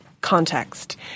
context